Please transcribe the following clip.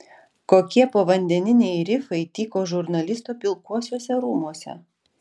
kokie povandeniniai rifai tyko žurnalisto pilkuosiuose rūmuose